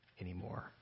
anymore